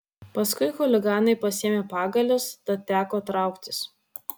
paskui chuliganai pasiėmė pagalius tad teko trauktis